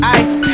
ice